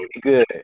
good